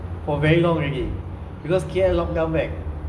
for very long already because K_L lockdown back